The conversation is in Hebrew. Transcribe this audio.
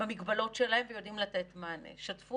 במגבלות שלהם, ויודעים לתת מענה.